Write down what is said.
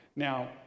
Now